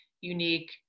unique